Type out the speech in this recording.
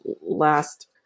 last